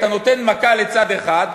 אתה נותן מכה לצד אחד,